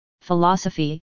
Philosophy